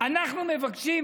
אנחנו מבקשים,